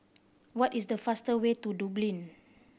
what is the fastest way to Dublin